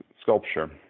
sculpture